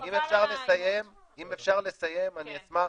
חבל על ה --- אם אפשר לסיים אני אשמח